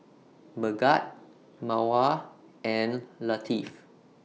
Megat Mawar and Latif